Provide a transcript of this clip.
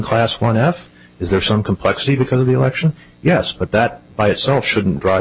class one f is there some complexity because of the election yes but that by itself shouldn't drive